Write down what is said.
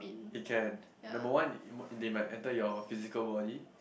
it can the moment number one they might enter your physical body